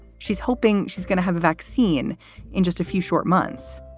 she's hoping she's gonna have a vaccine in just a few short months.